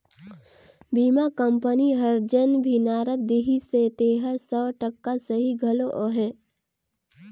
बीमा कंपनी हर जेन भी नारा देहिसे तेहर सौ टका सही घलो अहे